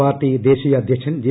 party ദേശീയ അദ്ധ്യക്ഷൻ J